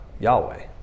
Yahweh